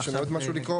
יש לנו עוד משהו לקרוא?